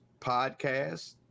podcast